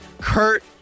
Kurt